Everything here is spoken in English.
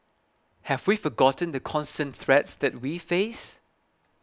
have we forgotten the constant threats that we face